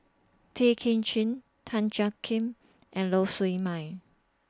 Tay Kay Chin Tan Jiak Kim and Lau Siew Mei